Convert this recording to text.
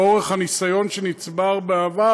לאור הניסיון שנצבר בעבר,